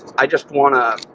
i just wanna,